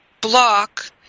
block